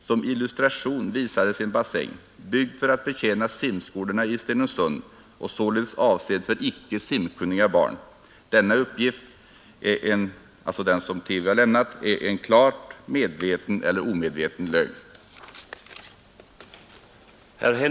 Som illustration visades en bassäng byggd för att betjäna simskolorna i Stenungsund och således avsedd för icke simkunniga barn. Denna uppgift är en klar medveten eller omedveten lögn.”